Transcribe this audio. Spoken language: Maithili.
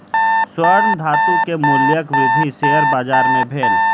स्वर्ण धातु के मूल्यक वृद्धि शेयर बाजार मे भेल